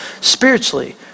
spiritually